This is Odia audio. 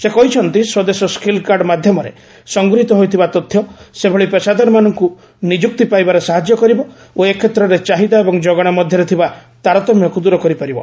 ସେ କହିଛନ୍ତି ସ୍ୱଦେଶ ସ୍କିଲ୍କାର୍ଡ ମାଧ୍ୟମରେ ସଂଗୃହିତ ହୋଇଥିବା ତଥ୍ୟ ସେଭଳି ପେସାଦାରମାନଙ୍କୁ ନିଯୁକ୍ତି ପାଇବାରେ ସାହାଯ୍ୟ କରିବ ଓ ଏ କ୍ଷେତ୍ରର ଚାହିଦା ଏବଂ ଯୋଗାଣ ମଧ୍ୟରେ ଥିବା ତାରତମ୍ୟକୁ ଦୂର କରିପାରିବ